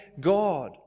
God